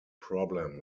problem